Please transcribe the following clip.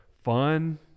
fun